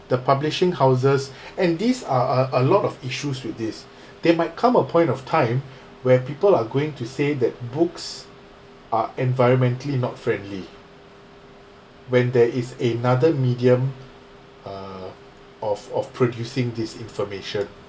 the publishing houses and these are a a lot of issues with this there might come a point of time where people are going to say that books are environmentally not friendly when there is a another medium uh of of producing this information